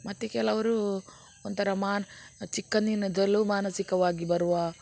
ಮತ್ತು ಕೆಲವರು ಒಂಥರ ಮಾನ ಚಿಕ್ಕಂದಿನಿಂದಲೂ ಮಾನಸಿಕವಾಗಿ ಬರುವ